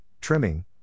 trimming